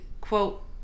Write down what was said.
quote